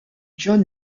john